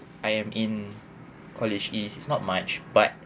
I am in college it is not much but